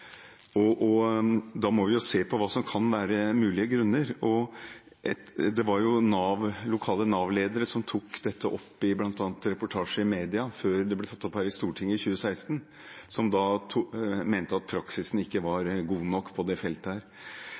Da må vi se på hva som kan være mulige grunner. Det var lokale Nav-ledere som tok opp dette, bl.a. i reportasjer i media, før det ble tatt opp her i Stortinget i 2016, og mente at praksisen på dette feltet ikke var god nok. Når jeg har spurt dem som jobber på lokale Nav-kontor, om det